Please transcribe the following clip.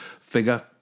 figure